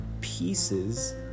pieces